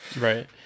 right